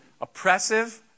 oppressive